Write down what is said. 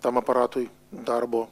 tam aparatui darbo